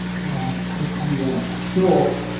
where, if you were stalked,